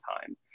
time